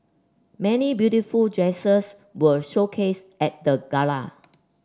many beautiful dresses were showcased at the gala